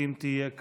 אם תהיה כאן,